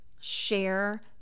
share